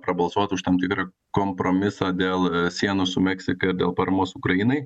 prabalsuot už tam tikrą kompromisą dėl sienų su meksika dėl paramos ukrainai